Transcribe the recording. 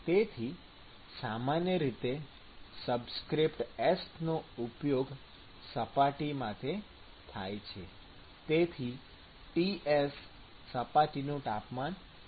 તેથી સામાન્ય રીતે સબસ્ક્રીપ્ટ s નો ઉપયોગ સપાટી માટે થાય છે તેથી Ts સપાટીનું તાપમાન હોઈ શકે છે